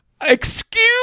Excuse